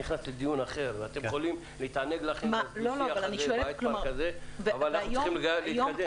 נכנס לדיון אחר אז אנחנו צריכים להתקדם.